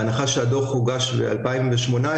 בהנחה שהדוח הוגש ב-2018,